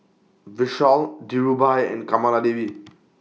Vishal Dhirubhai and Kamaladevi